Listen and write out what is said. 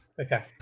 Okay